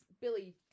Billy